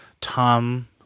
Tom